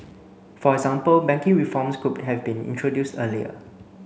for example banking reforms could have been introduced earlier